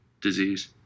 disease